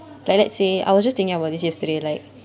like let's say I was just thinking about this yesterday like